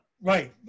right